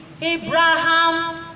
Abraham